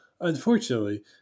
Unfortunately